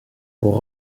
pour